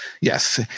Yes